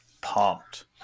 pumped